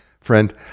friend